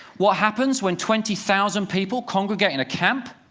what happens when twenty thousand people congregate in a camp?